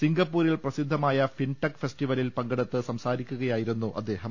സിംഗപ്പൂരിൽ പ്രസി ദ്ധമായ ഫിൻടെക് ഫെസ്ററിവലിൽ പങ്കെടുത്ത് സംസാരിക്കുക യായിരുന്നു അദ്ദേഹം